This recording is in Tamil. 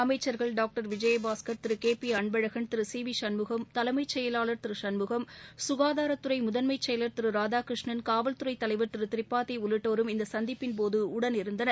அமைச்சர்கள் doctor Vijayabaskar Thiru K P Anbazhagan Thiru C V Shanmugam தலைமை செயலாளர் திரு சண்முகம் சுகாதாரத்துறை முதன்மை செயலாளர் திரு ராதாகிருஷணன் காவல் துறை தலைவர் திரு திரிபாதி உள்ளிட்டோரும் இந்த சந்திப்பின் போது உடனிருந்தனர்